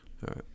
right